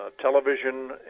television